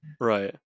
right